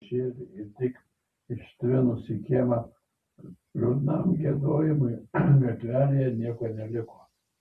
vieną šešėlį ir tik ištvinus į kiemą liūdnam giedojimui gatvelėje nieko neliko